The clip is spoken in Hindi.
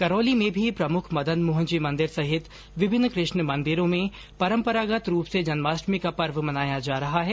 करौली में भी प्रमुख मदन मोहन जी मंदिर सहित विभिन्न कृष्ण मंदिरों में परम्परागत रूप से जन्माष्टमी का पर्व मनाया जा रहा है